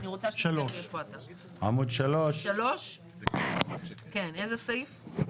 3. איזה סעיף?